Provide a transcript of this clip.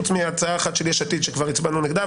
חוץ מהצעה אחת של יש עתיד שכבר הצבענו נגדה,